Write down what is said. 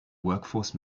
workforce